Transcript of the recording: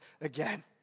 again